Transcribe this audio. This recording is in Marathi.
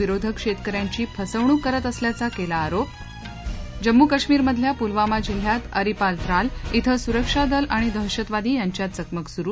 विरोधक शेतक यांची फसवणूक करत असल्याचा केला आरोप जम्मू काश्मिरमधल्या पुलवामा जिल्ह्यात अरिपाल त्राल शिं सुरक्षा दल आणि दहशतवादी यांच्यात चकमक सुरु